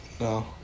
No